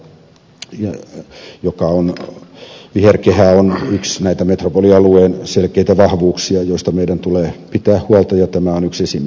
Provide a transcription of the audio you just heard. tämä viherkehä on yksi näitä metropolialueen selkeitä vahvuuksia joista meidän tulee pitää huolta ja tämä on yksi esimerkki siitä